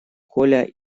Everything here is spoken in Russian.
коля